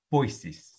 Voices